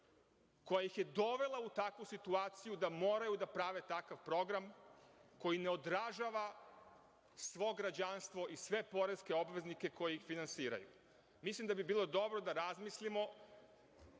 koja ih je dovela u takvu situaciju da moraju da prave takav program koji ne odražava svo građanstvo i sve poreske obveznike koji ih finansiraju. Mislim da bi bilo dobro da razmislimo